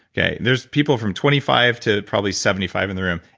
yeah there's people from twenty five to probably seventy five in the room.